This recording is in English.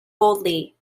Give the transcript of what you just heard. boldly